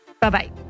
Bye-bye